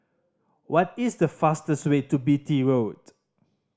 what is the fastest way to Beatty Road